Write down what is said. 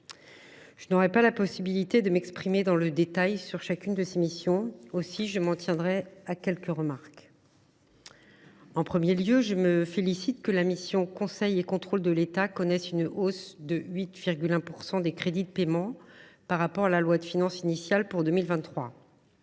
Je n’aurai pas la possibilité de m’exprimer dans le détail sur chacune de ces missions. Aussi, je m’en tiendrai à quelques remarques. Je me félicite que la mission « Conseil et contrôle de l’État » bénéficie d’une hausse de 8,1 % des crédits de paiement par rapport à la loi de finances initiale pour 2023.